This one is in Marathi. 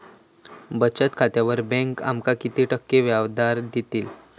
बचत खात्यार बँक आमका किती टक्के व्याजदर देतली?